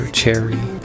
cherry